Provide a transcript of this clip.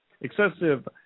Excessive